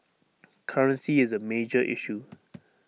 currency is A major issue